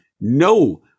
no